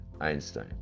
Einstein